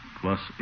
plus